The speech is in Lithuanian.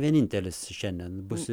vienintelis šiandien bus